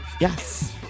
yes